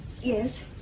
Yes